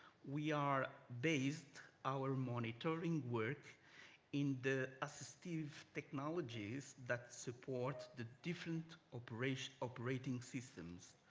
we are based our monitoring work in the assistive technology that support the different operating operating systems.